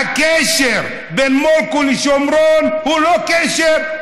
ואתם יודעים שהקשר בין מולכו לשומרון הוא לא קשר,